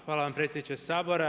Hvala vam predsjedniče Sabora.